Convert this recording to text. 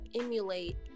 emulate